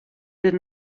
did